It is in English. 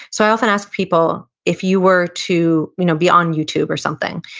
so i often ask people, if you were to you know be on youtube or something,